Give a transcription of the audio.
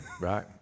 Right